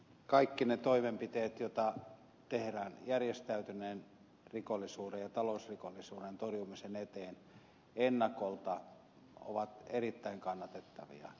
kaikki ne toimenpiteet joita tehdään järjestäytyneen rikollisuuden ja talousrikollisuuden torjumisen eteen ennakolta ovat erittäin kannatettavia